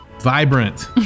vibrant